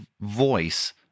voice